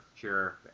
Sure